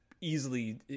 easily